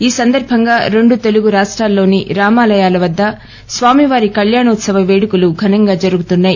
ఈ సందర్బంగా రెండు రాష్టాల్లోని రామలాయా ల వద్ద స్వామివారి కళ్యాణోత్సవ వేడుకు ఘనంగా జరుగుతున్నాయి